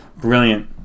Brilliant